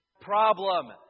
problem